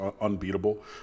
unbeatable